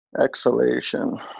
exhalation